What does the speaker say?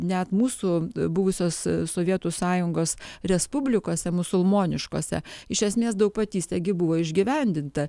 net mūsų buvusios sovietų sąjungos respublikose musulmoniškose iš esmės daugpatystė gi buvo išgyvendinta